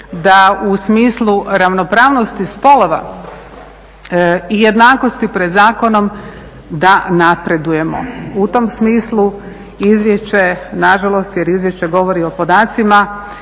da u smislu ravnopravnosti spolova i jednakosti pred zakonom da napredujemo. U tom smislu izvješće nažalost, jer izvješće govori o podacima,